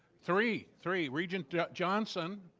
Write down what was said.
three, three. regent johnson.